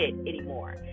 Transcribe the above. anymore